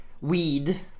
weed